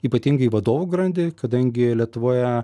ypatingai vadovų grandį kadangi lietuvoje